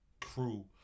crew